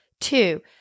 Two